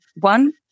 one